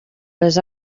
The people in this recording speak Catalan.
les